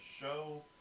show